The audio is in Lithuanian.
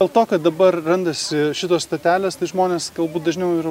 dėl to kad dabar randasi šitos stotelės tai žmonės galbūt dažniau ir